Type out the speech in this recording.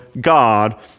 God